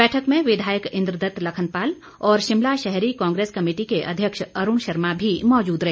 बैठक में विधायक इंद्रदत्त लखनपाल और शिमला शहरी कांग्रेस कमेटी के अध्यक्ष अरूण शर्मा भी मौजूद रहे